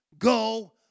Go